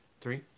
three